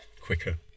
quicker